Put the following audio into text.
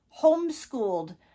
homeschooled